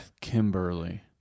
Kimberly